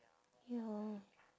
ya